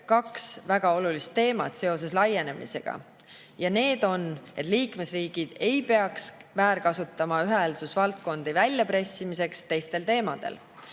kaks väga olulist teemat seoses laienemisega ja need on, et liikmesriigid ei peaks väärkasutama ühehäälsusvaldkondi väljapressimiseks teistel teemadel.